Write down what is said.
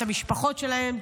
את המשפחות שלהן.